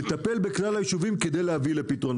לטפל בכלל היישובים כדי להביא לפתרון.